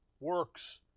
works